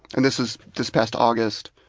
and this is this past august,